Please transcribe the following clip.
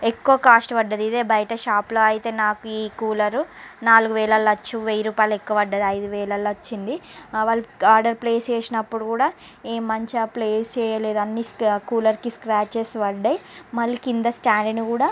ఎక్కువ కాస్ట్ పడింది ఇదే బయట షాప్లో అయితే నాకు ఈ కూలర్ నాలుగు వేలు అవ్వచ్చు వెయ్యి రూపాయలు ఎక్కువ పడింది ఐదు వేలలో వచ్చింది ఆ వాళ్ళు ఆర్డర్ ప్లేస్ చేసినప్పుడు కూడా ఏమి మంచిగా ప్లేస్ చేయలేదు అన్నీ కూలర్కి స్క్రాచ్చెస్ పడినాయి మళ్ళీ కింద స్టాండ్ని కూడా